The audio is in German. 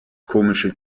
komische